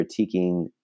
critiquing